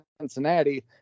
Cincinnati